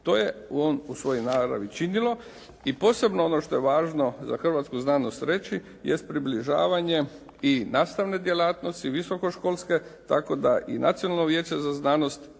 To je ono u svojoj naravi činilo. I posebno ono što je važno za hrvatsku znanost reći jest približavanje i nastavne djelatnosti i visokoškolske tako da i Nacionalno vijeće za znanost